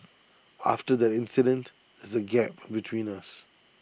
after that incident there's A gap between us